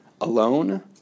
alone